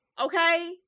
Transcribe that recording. Okay